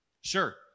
Sure